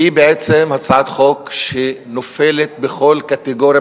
היא בעצם הצעת חוק שנופלת בכל קטגוריה,